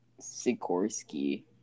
Sikorsky